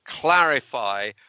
clarify